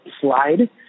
slide